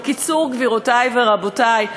בקיצור, גבירותי ורבותי,